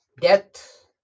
Death